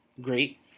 great